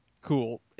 cool